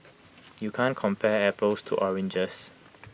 you can't compare apples to oranges